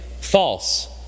false